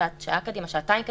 שעה קדימה או שעתיים קדימה,